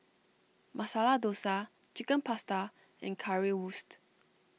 Masala Dosa Chicken Pasta and Currywurst